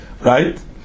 right